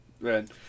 Right